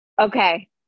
Okay